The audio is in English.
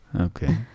Okay